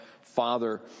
father